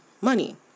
money